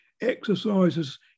exercises